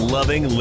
Loving